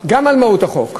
גם על מהות החוק,